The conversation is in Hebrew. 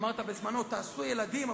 אמרת: תעשו ילדים,